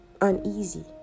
uneasy